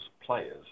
players